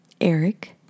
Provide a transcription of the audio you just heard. Eric